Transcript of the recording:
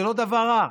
זה לא דבר רע.